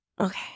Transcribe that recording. Okay